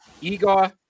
Igor